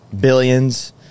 billions